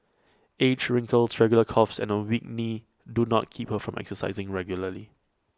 age wrinkles regular coughs and A weak knee do not keep her from exercising regularly